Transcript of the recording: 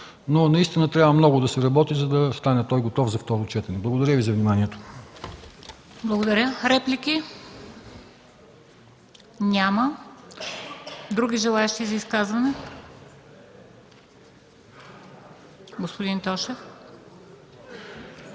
но наистина трябва да се работи много, за да стане готов за второ четене. Благодаря Ви за вниманието.